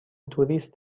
توریست